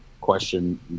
question